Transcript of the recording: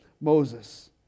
Moses